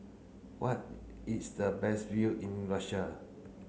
what is the best view in Russia